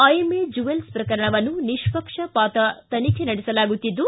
IMA jewel ಪ್ರಕರಣವನ್ನು ನಿಷ್ಷಕ್ಷಪಾತ ತನಿಖೆ ನಡೆಸಲಾಗುತ್ತಿದ್ದು